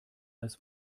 als